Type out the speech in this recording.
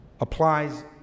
applies